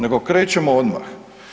Nego krećemo odmah.